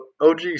OG